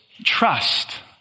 trust